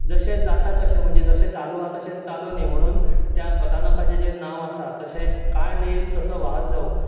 जशें जाता तशें म्हणजे जशें चालू हा तशेंच चालुनी म्हणून त्या कथानकाचें जें नांव आसा तशें काळ नेईल तस व्हाहत जावूं